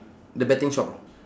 the betting shop